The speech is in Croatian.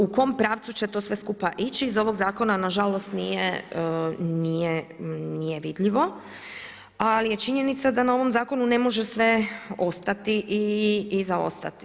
U kom pravcu će to sve skupa ići, iz ovog zakona nažalost nije vidljivo ali je činjenica da na ovom zakonu ne može sve ostati i zaostati.